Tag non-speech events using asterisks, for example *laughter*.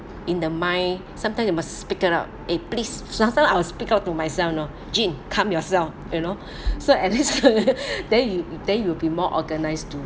in the mind sometime you must speak it out eh please sometimes I was speak out to myself you know jean calm yourself you know so at least *laughs* then then you will be more organized to